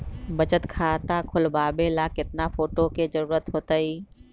बचत खाता खोलबाबे ला केतना फोटो के जरूरत होतई?